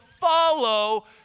follow